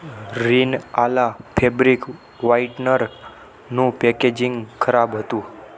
રીન આલા ફેબ્રિક વ્હાઈટનરનું પેકેજીંગ ખરાબ હતું